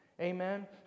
Amen